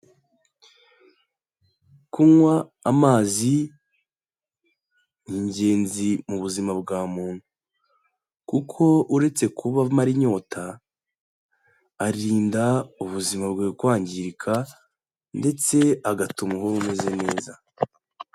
Kunywa amazi, ni ingenzi mu buzima bwa muntu. Kuko uretse kuba amara inyota, arinda ubuzima bwawe kwangirika, ndetse agatuma uhora umeze neza.